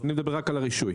אני מדבר רק על הרישוי.